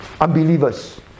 unbelievers